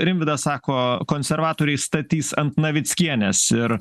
rimvydas sako konservatoriai statys ant navickienės ir